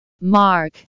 Mark